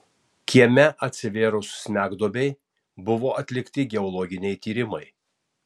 kieme atsivėrus smegduobei buvo atlikti geologiniai tyrimai